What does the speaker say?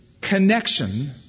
connection